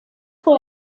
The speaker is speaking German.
vor